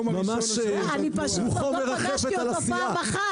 אני פשוט עוד לא פגשתי אותו פעם אחת,